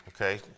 okay